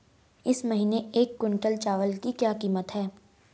इस महीने एक क्विंटल चावल की क्या कीमत है?